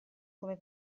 come